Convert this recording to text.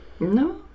No